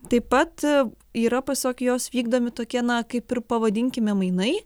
taip pat yra pasak jos vykdomi tokie na kaip ir pavadinkime mainai